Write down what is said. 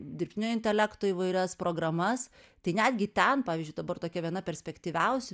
dirbtinio intelekto įvairias programas tai netgi ten pavyzdžiui dabar tokia viena perspektyviausių